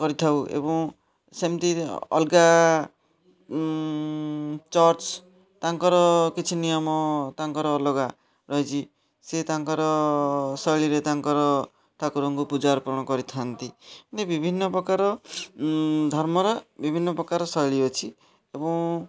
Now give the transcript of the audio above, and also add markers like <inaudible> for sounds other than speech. କରିଥାଉ ଏବଂ ସେମତି ଅଲଗା ଚର୍ଚ୍ଚ ତାଙ୍କର କିଛି ନିୟମ ତାଙ୍କର କିଛି ଅଲଗା ରହିଛି ସେ ତାଙ୍କର ଶୈଳୀରେ ତାଙ୍କର ଠାକୁରଙ୍କୁ ପୂଜାର୍ପଣ କରିଥାନ୍ତି <unintelligible> ବିଭିନ୍ନପ୍ରକାର ଧର୍ମର ବିଭିନ୍ନପ୍ରକାର ଶୈଳୀ ଅଛି ଏବଂ